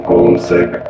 Homesick